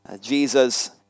Jesus